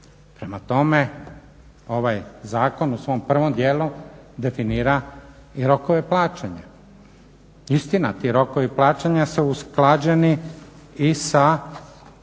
Prema tome, ovaj zakon u svom prvom dijelu definira i rokove plaćanja. Istina, ti rokovi plaćanja su usklađeni i sa